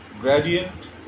gradient